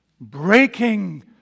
breaking